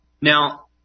Now